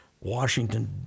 Washington